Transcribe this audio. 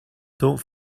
don‘t